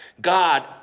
God